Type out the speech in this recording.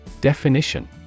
Definition